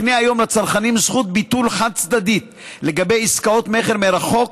מקנה היום לצרכנים זכות ביטול חד-צדדית לגבי עסקאות מכר מרחוק,